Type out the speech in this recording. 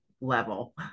level